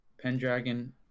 Pendragon